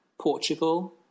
Portugal